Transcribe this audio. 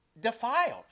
defiled